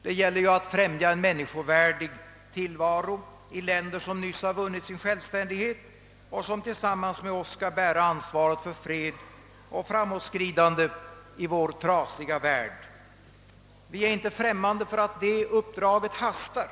Det gäller ju att främja en människovärdig tillvaro i länder som nyss vunnit sin självständighet och som tillsammans med oss skall bära ansvaret för fred och framåtskridande i vår trasiga värld. Vi är inte främmande för att det uppdraget hastar.